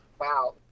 Wow